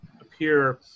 appear